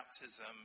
baptism